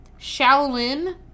Shaolin